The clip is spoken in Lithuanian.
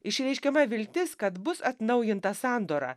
išreiškiama viltis kad bus atnaujinta sandora